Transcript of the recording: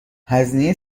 هزینه